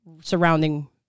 surrounding